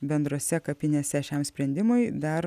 bendrose kapinėse šiam sprendimui dar